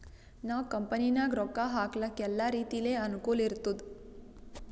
ನಾವ್ ಕಂಪನಿನಾಗ್ ರೊಕ್ಕಾ ಹಾಕ್ಲಕ್ ಎಲ್ಲಾ ರೀತಿಲೆ ಅನುಕೂಲ್ ಇರ್ತುದ್